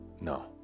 No